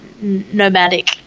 nomadic